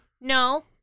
no